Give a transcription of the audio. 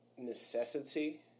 Necessity